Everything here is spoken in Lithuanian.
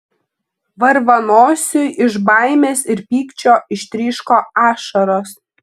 varvanosiui iš baimės ir pykčio ištryško ašaros